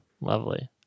Lovely